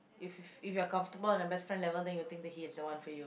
if if you are comfortable on a best friend level then you think that he is the one for you